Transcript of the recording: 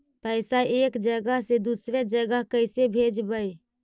पैसा एक जगह से दुसरे जगह कैसे भेजवय?